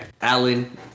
alan